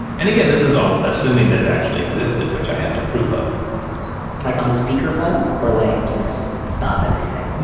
and again, this is all assuming that it actually existed, which i had no proof of like on speakerphone or like you would stop everything?